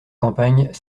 campagne